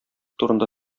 турында